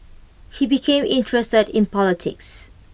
he became interested in politics